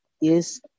Yes